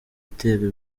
itera